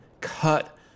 cut